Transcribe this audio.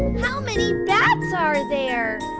how many bats ah are there?